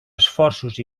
esforços